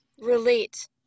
relate